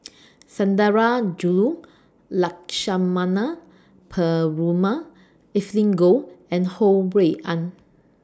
Sundarajulu Lakshmana Perumal Evelyn Goh and Ho Rui An